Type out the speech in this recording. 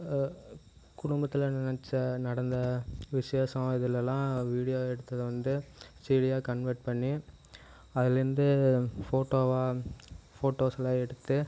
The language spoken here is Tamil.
குடும்பத்தில் நெனச்ச நடந்த விசேஷம் இதெலலாம் வீடியோ எடுத்ததை வந்து சீடியா கன்வெர்ட் பண்ணி அதிலேருந்து ஃபோட்டோவா ஃபோட்டோஸ் எல்லாம் எடுத்து